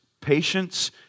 patience